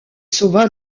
sauva